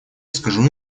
скажу